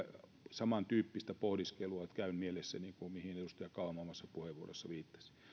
samantyyppistä pohdiskelua käyn mielessäni kuin mihin edustaja kauma omassa puheenvuorossaan viittasi